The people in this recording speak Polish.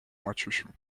maciusiu